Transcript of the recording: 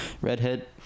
redhead